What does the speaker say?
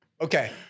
okay